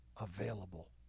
available